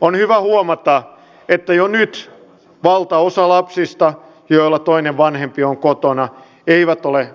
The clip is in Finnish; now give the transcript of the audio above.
on hyvä huomata että jo nyt valtaosa lapsista joilla toinen vanhempi on kotona eivät ole